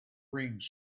rings